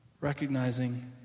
recognizing